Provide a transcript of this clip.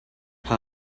how